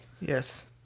yes